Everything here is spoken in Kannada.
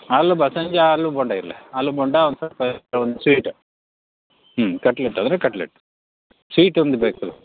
ಆಲು ಬ ಸಂಜೆ ಆಲು ಬೋಂಡ ಇರಲಿ ಆಲು ಬೋಂಡ ಒಂದು ಒಂದು ಸ್ವೀಟು ಹ್ಞೂ ಕಟ್ಲೆಟ್ ಆದರೆ ಕಟ್ಲೆಟ್ ಸ್ವೀಟ್ ಒಂದು ಬೇಕು